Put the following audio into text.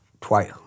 twice